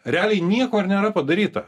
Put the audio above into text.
realiai nieko nėra padaryta